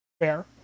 Fair